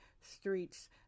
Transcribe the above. streets